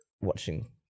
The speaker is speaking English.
watching